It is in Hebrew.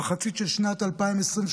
המחצית של שנת 2023,